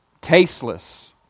tasteless